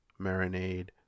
marinade